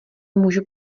můžu